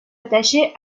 attaché